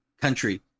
country